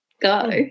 go